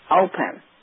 open